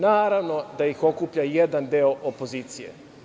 Naravno, da ih okuplja jedan deo opozicije.